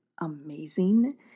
amazing